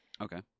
Okay